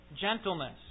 gentleness